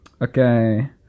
Okay